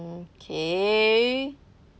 mm okay